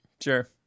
Sure